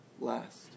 last